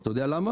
אתה יודע למה?